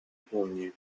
pugni